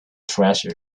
treasure